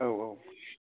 औ औ